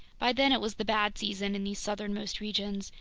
by then it was the bad season in these southernmost regions,